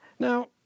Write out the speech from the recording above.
Now